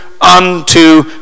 unto